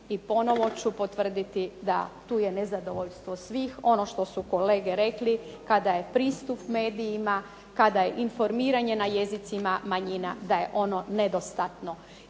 i ponovno ću potvrditi da je tu nezadovoljstvo svih. Ono što su kolege rekli kada je pristup medijima, kada je informiranje na jezicima manjina da je ono nedostatno.